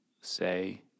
say